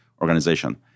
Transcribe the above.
Organization